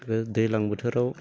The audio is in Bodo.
दैज्लां बोथोराव